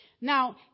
Now